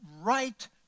right